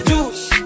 Juice